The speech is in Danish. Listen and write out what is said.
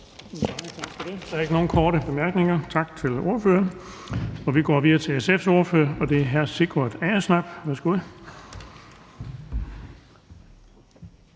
Der er ikke nogen korte bemærkninger. Tak til ordføreren. Vi går videre til SF's ordfører, og det er hr. Sigurd Agersnap. Værsgo.